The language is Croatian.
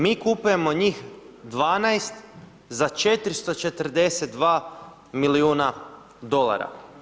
Mi kupujemo od njih 12 za 442 milijuna dolara.